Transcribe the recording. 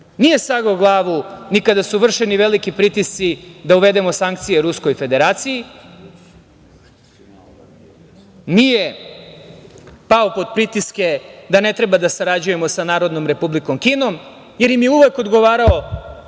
sagnuo glavu ni kada su vršeni veliki pritisci da uvedemo sankcije Ruskoj Federaciji, nije pao pod pritiske da ne treba da sarađujemo sa NR Kinom, jer im je uvek odgovarao